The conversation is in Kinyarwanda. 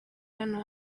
hano